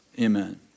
Amen